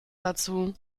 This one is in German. dazu